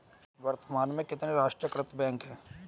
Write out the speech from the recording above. वर्तमान में कितने राष्ट्रीयकृत बैंक है?